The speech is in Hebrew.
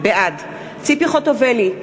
בעד ציפי חוטובלי,